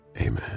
amen